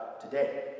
today